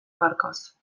gaurkoz